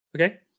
Okay